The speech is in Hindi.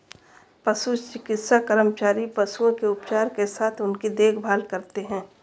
पशु चिकित्सा कर्मचारी पशुओं के उपचार के साथ उनकी देखभाल करते हैं